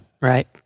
right